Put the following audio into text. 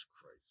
Christ